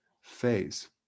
phase